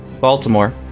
Baltimore